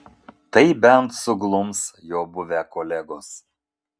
tai bent suglums jo buvę kolegos